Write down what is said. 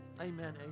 amen